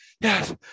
yes